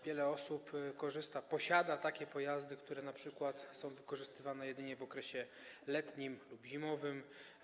Wiele osób posiada takie pojazdy, które np. są wykorzystywane jedynie w okresie letnim lub zimowym.